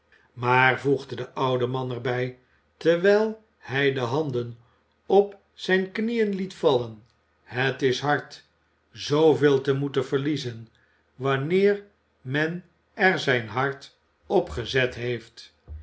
maar voegde de oude man er bij terwijl hij de handen op zijn knieën liet vallen het is hard zooveel te moeten verliezen wanneer men er zijn hart op gezet heeft